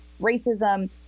racism